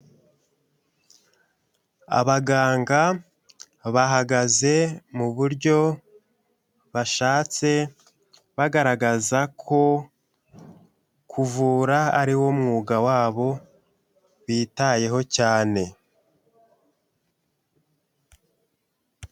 Abaganga, bahagaze muburyo, bashatse bagaragaza ko, kuvura ari wo mwuga wabo, bitayeho cyane.